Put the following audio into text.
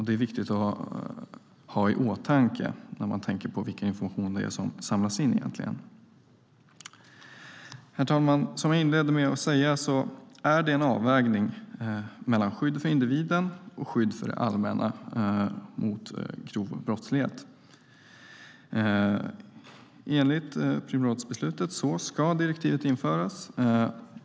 Det är viktigt att ha det i åtanke när man tänker på vilken information det egentligen är som samlas in. Herr ålderspresident! Som jag inledde med att säga är det en avvägning mellan skydd för individen och skydd för det allmänna mot grov brottslighet. Enligt Prümsrådsbeslutet ska direktivet införas.